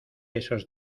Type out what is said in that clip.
esos